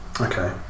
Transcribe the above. Okay